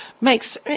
makes